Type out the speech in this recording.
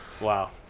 wow